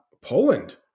Poland